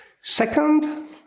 Second